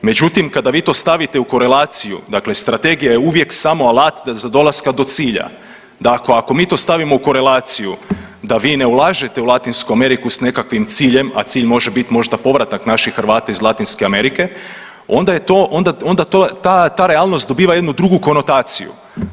Međutim, kada vi to stavite u korelaciju, dakle strategija je uvijek samo alat dolaska do cilja, da ako mi to stavimo u korelaciju da vi ne ulažete u Latinsku Ameriku s nekakvim ciljem, a cilj može biti možda povratak naših Hrvata iz Latinske Amerike onda je to, onda ta realnost dobiva jednu drugu konotaciju.